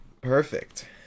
Perfect